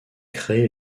créé